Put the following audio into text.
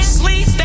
sleep